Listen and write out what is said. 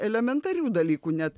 elementarių dalykų net